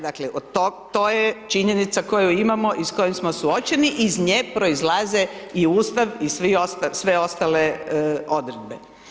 Dakle, to je činjenica koju imamo i s kojom smo suočeni i iz nje proizlaze i ustav i sve ostale odredbe.